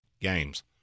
games